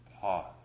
pause